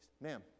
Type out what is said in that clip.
Ma'am